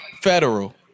federal